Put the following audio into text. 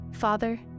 Father